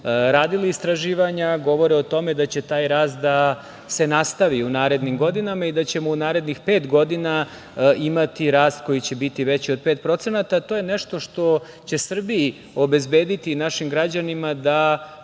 radili istraživanja, govore o tome da će taj rast da se nastavi u narednim godinama i da ćemo u narednih pet godina imati rast koji će biti veći od 5%. To je nešto što će Srbiji i našim građanima